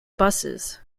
buses